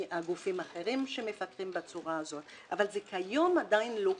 מהגופים האחרים ש --- בצורה הזאת אבל כיום זה עדין לא קיים.